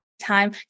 time